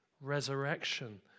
resurrection